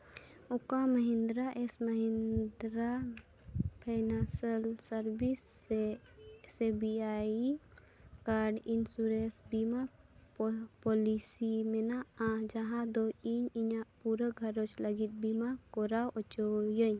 ᱚᱠᱟ Mahindra Mahindra finance service S B I card insurance ᱵᱤᱢᱟ policy ᱢᱮᱱᱟᱜᱼᱟ ᱡᱟᱦᱟᱸ ᱫᱚ ᱤᱧ ᱤᱧᱟᱹᱜ ᱯᱩᱨᱟᱹ ᱜᱷᱟᱨᱚᱸᱡᱽ ᱞᱟᱹᱜᱤᱫ ᱵᱤᱢᱟ ᱠᱚᱨᱟᱣ ᱦᱚᱪᱚᱭᱟᱹᱧ